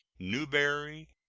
newberry,